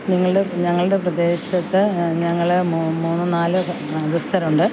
നിങ്ങളുടെ ഞങ്ങളുടെ പ്രദേശത്ത് ഞങ്ങൾ മൂന്ന് നാല് മതസ്ഥരുണ്ട്